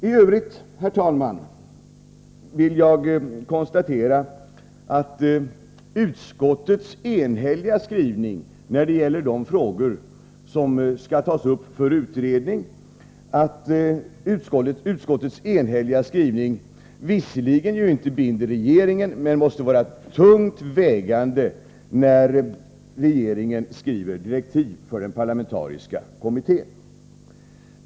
I övrigt vill jag, herr talman, när det gäller de frågor som skall bli föremål för utredning konstatera att utskottets enhälliga skrivning visserligen inte binder regeringen men måste vara tungt vägande när regeringen skriver direktiv för den parlamentariska kommittén.